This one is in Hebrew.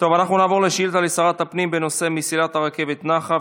נעבור לשאילתה לשרת הפנים בנושא: מסילת הרכבת נחף,